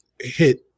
hit